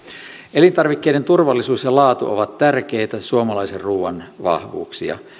elintarvikkeiden turvallisuus ja laatu ovat tärkeitä suomalaisen ruuan vahvuuksia